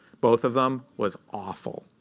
both of them, was awful.